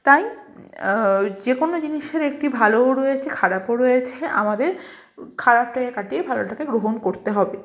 তাই যে কোনো জিনিসের একটি ভালোও রয়েছে খারাপও রয়েছে আমাদের খারাপটাকে কাটিয়ে ভালোটাকে গ্রহণ করতে হবে